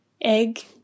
Egg